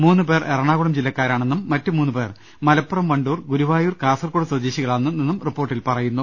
മൂന്നുപേർ എറണാകുളം ജില്ല ക്കാരാണെന്നും മറ്റ് മൂന്നുപേർ മലപ്പുറം വണ്ടൂർ ഗുരുവായൂർ കാസർകോട് സ്വദേ ശികളാണെന്നും റിപ്പോർട്ടിൽ പറയുന്നു